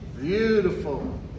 beautiful